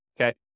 okay